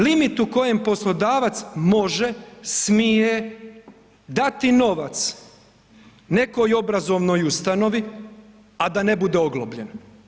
Limit u kojem poslodavac može, smije dati novac nekoj obrazovnoj ustanovi a da ne bude oglobljen.